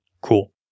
Cool